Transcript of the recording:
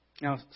Now